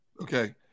Okay